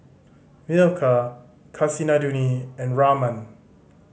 Milkha Kasinadhuni and Raman